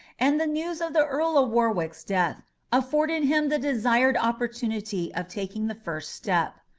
and the news of the earl of warwick's death afforded him the desired opportunity of taking the first step.